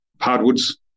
hardwoods